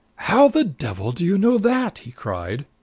how the devil do you know that? he cried.